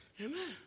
amen